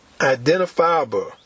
identifiable